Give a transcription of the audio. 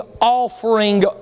offering